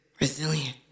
Resilient